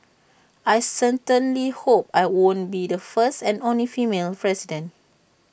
I certainly hope I won't be the first and only female president